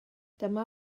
dyma